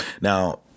Now